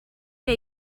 que